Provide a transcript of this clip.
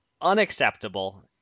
unacceptable